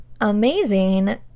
amazing